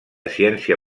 ciència